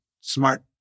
smart